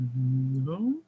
No